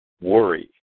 worry